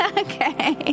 okay